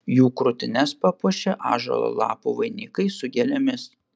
jų krūtines papuošė ąžuolo lapų vainikai su gėlėmis